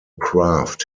craft